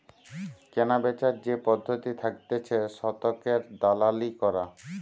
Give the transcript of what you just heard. কেনাবেচার যে পদ্ধতি থাকতিছে শতকের দালালি করা